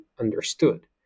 understood